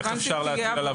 אותו.